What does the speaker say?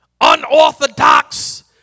unorthodox